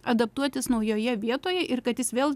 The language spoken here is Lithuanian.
adaptuotis naujoje vietoje ir kad jis vėl